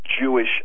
Jewish